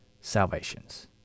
salvations